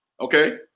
Okay